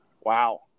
wow